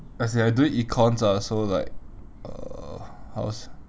as in I doing econs ah so like uh how to s~